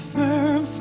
firm